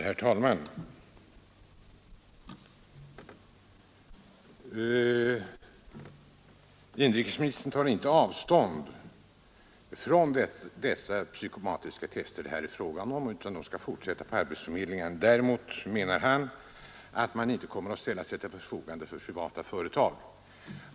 Herr talman! Inrikesministern tar inte avstånd från dessa psykosomatiska tester det här är fråga om utan de skall tydligen fortsätta på arbetsförmedlingarna. Däremot menar han att man inte kommer att ställa sig till förfogande för privata företag.